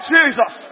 Jesus